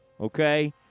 okay